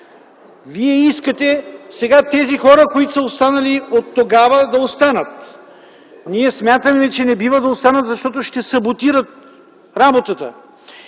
Вие искате сега тези хора, които са останали оттогава, да останат. Ние смятаме, че не бива да останат, защото ще саботират работата.